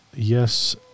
Yes